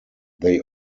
they